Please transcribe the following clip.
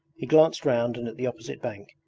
he glanced round and at the opposite bank,